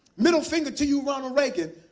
middle finger to you, ronald reagan.